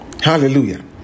Hallelujah